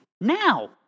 Now